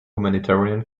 humanitarian